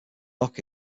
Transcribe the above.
lock